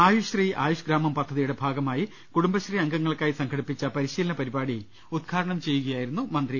ആയുഷ് ശ്രീ ആയുഷ് ഗ്രാമം പദ്ധതിയുടെ ഭാഗമായി കുടുംബശ്രീ അംഗ ങ്ങൾക്കായി സ്ഫംഘടിപ്പിച്ച പരിശീലന പരിപാടി ഉദ്ഘാ ടനം ചെയ്യുകയായിരുന്നു മന്ത്രി